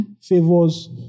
favors